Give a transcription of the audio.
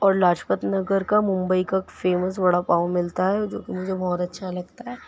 اور لاجپت نگر کا ممبئی کا فیمس وڑا پاؤ ملتا ہے جو جو کہ مجھے بہت اچھا لگتا ہے